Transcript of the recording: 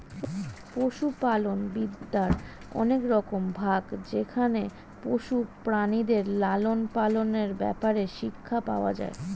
পশুপালন বিদ্যার অনেক রকম ভাগ যেখানে পশু প্রাণীদের লালন পালনের ব্যাপারে শিক্ষা পাওয়া যায়